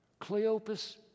Cleopas